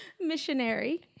Missionary